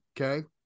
okay